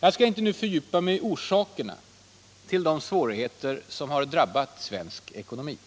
Jag skall inte nu fördjupa mig i orsakerna till de svårigheter som drabbat svensk ekonomi.